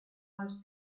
wars